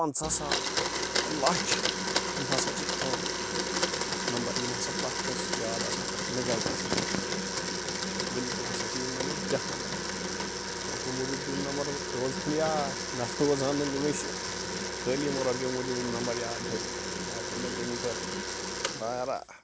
پَنٛژاہ ساس لچھ یِم ہسا چھِ عام نمبر یِم ہسا پرٛتھ کٲنٛسہِ یاد آسَن مےٚ کیٛازِ آسَن نہٕ یاد بلکُل ہسا چھِ یِم نمبر کیٛاہ ونٕہو بہٕ تۅہہِ پۅنٛسو موٗجوٗب چھِ یِم نمبر روزان یاد نتہٕ روزہان نہٕ کٲنٛسہِ خٲلی یمو رۅپیو موٗجوٗب یِم نمبر یاد تھٲیمِتۍ بٲقٕے نہٕ کُنہِ خٲطرٕ